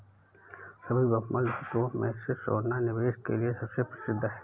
सभी बहुमूल्य धातुओं में से सोना निवेश के लिए सबसे प्रसिद्ध है